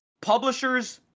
publishers